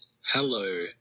Hello